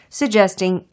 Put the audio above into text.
suggesting